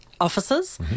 officers